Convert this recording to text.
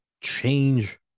Change